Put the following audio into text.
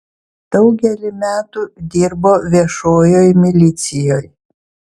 daugelį metų dirbo viešojoj milicijoj